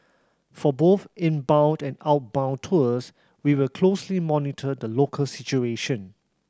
for both inbound and outbound tours we will closely monitor the local situation